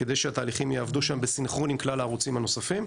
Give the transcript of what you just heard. כדי שהתהליכים יעבדו שם בסנכרון עם כלל הערוצים הנוספים.